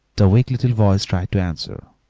the weak little voice tried to answer,